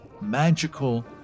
magical